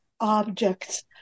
objects